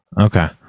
okay